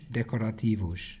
decorativos